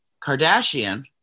Kardashian